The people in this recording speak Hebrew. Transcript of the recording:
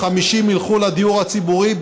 50 ילכו לדיור הציבורי,